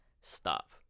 stop